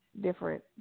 different